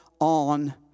on